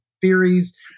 theories